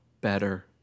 better